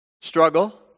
Struggle